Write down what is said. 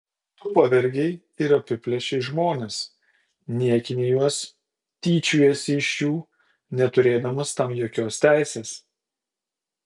tu pavergei ir apiplėšei žmones niekini juos tyčiojiesi iš jų neturėdamas tam jokios teisės